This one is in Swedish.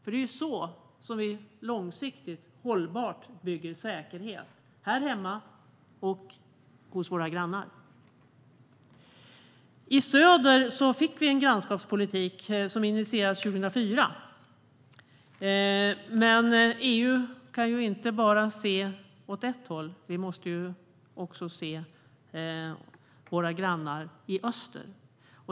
Det är så vi långsiktigt och hållbart bygger säkerhet här hemma och hos våra grannar. I söder fick vi en grannskapspolitik som initierades 2004. Men EU kan inte se åt bara ett håll. Vi måste också se på våra grannar i öster.